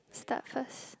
start first